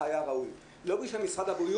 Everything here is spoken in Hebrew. בנושא של חזרה לשגרה,